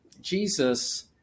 Jesus